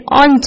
on